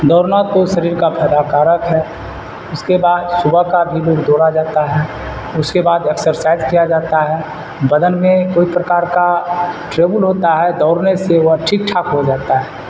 دوڑنا تو شریر کا فائدہ کارک ہے اس کے بعد صبح کا بھی دوڑا جاتا ہے اس کے بعد ایکسرسائج کیا جاتا ہے بدن میں کوئی پرکار کا ٹریبول ہوتا ہے دوڑنے سے ہو ٹھیک ٹھاک ہو جاتا ہے